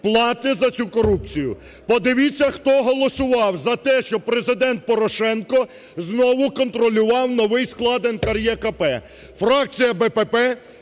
платить за цю корупцію. Подивіться, хто голосував за те, щоб Президент Порошенко знову контролював новий склад НКРЕКП – фракція ББП,